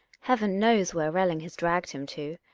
heaven knows where relling has dragged him to.